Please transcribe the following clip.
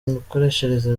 imikoreshereze